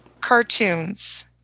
cartoons